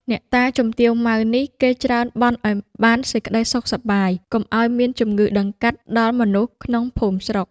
អ្នកតាជំទាវ ម៉ៅ នេះគេច្រើនបន់ឲ្យបានសេចក្ដីសុខសប្បាយ កុំឲ្យមានជំងឺតម្កាត់ ដល់មនុស្សក្នុងភូមិស្រុក ។